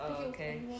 okay